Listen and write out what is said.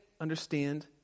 understand